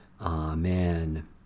Amen